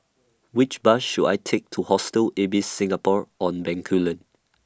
Which Bus should I Take to Hostel Ibis Singapore on Bencoolen